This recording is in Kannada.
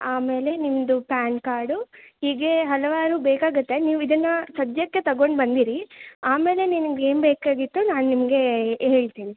ಆಮೇಲೆ ನಿಮ್ಮದು ಪ್ಯಾನ್ ಕಾರ್ಡು ಹೀಗೆ ಹಲವಾರು ಬೇಕಾಗುತ್ತೆ ನೀವು ಇದನ್ನು ಸದ್ಯಕ್ಕೆ ತಗೊಂಡು ಬಂದಿರಿ ಆಮೇಲೇ ನಿಮಗೆ ಏನು ಬೇಕಾಗಿತ್ತು ನಾನು ನಿಮಗೆ ಹೇಳ್ತೀನಿ